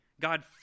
God